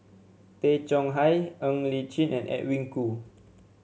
Tay Chong Hai Ng Li Chin and Edwin Koo